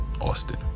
Austin